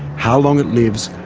how long it lives,